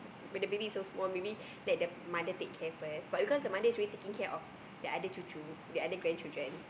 when the baby is so small maybe like the mother take care first but because the mother is already taking care of other cucu the other grandchildren